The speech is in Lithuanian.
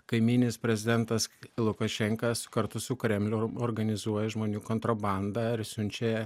kaimyninis prezidentas lukašenka kartu su kremlium organizuoja žmonių kontrabandą ir siunčia